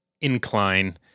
incline